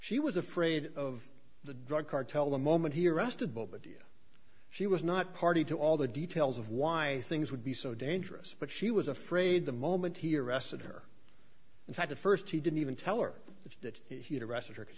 she was afraid of the drug cartel the moment he arrested boba dia she was not party to all the details of why things would be so dangerous but she was afraid the moment he arrested her in fact at first he didn't even tell her that he'd arrested her because